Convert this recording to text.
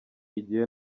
igiye